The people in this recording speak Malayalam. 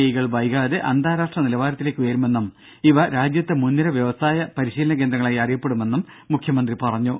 ഐകൾ വൈകാതെ അന്താരാഷ്ട്ര നിലവാരത്തിലേക്ക് ഉയരുമെന്നും ഇവ രാജ്യത്തെ മുൻനിര വ്യാവസായിക പരിശീലന കേന്ദ്രങ്ങളായി അറിയപ്പെടുമെന്നും മുഖ്യമന്ത്രി പറഞ്ഞു